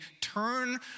turn